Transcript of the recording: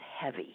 heavy